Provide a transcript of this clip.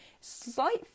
slight